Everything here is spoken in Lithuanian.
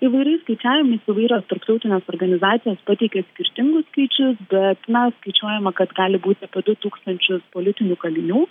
įvairiais skaičiavimais įvairios tarptautinės organizacijos pateikia skirtingus skaičius bet na skaičiuojama kad gali būti apie du tūkstančius politinių kalinių